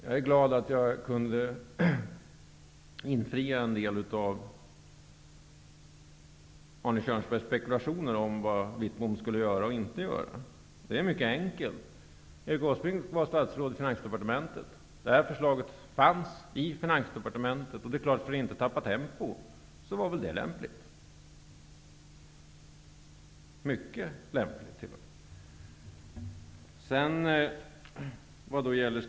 Jag är glad för att kunna infria en del av Arne Kjörnsbergs spekulationer om vad jag skulle göra eller inte göra. Det är mycket enkelt. Erik Åsbrink var statsråd i Finansdepartementet, och det här förslaget fanns i Finansdepartementet. För att man inte skulle tappa tempo var väl detta mycket lämpligt.